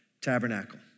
tabernacle